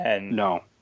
No